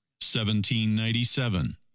1797